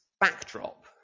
backdrop